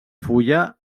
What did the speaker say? fulla